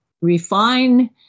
refine